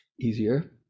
easier